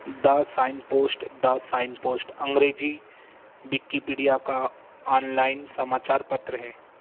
the signpost the signpost अंग्रेज़ी Wikipedia का online समाचार पत्र है